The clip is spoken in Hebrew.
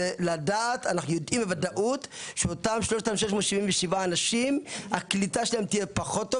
זה לדעת ואנחנו יודעים בוודאות שהקליטה של אותם 3,677 אנשים תהיה פחות.